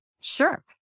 Sure